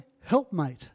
helpmate